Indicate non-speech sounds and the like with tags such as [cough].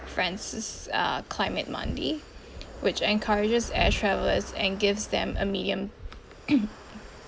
france's uh climate mondi which encourages air travellers and gives them a medium [noise]